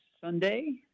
Sunday